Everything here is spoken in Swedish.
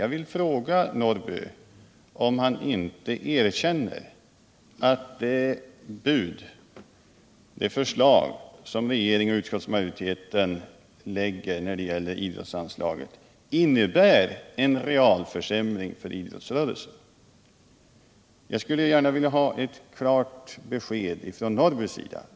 Jag vill fråga herr Norrby om han inte erkänner att det förslag som regering och utskottsmajoritet lägger när gäller idrottsanslaget innebär en realförsämring för idrottsrörelsen. Jag skulle gärna vilja ha ett klart besked från herr Norrbys sida.